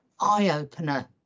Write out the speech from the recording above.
eye-opener